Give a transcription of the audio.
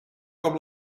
com